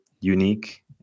unique